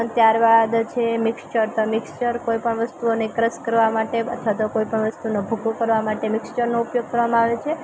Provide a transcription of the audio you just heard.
ત્યારબાદ છે મિક્ષર તો મિક્ષર કોઈપણ વસ્તુઓને ક્રશ કરવા માટે અથવા તો કોઈપણ વસ્તુનો ભૂકો કરવા માટે મિક્ષરનો ઉપયોગ કરવામાં આવે છે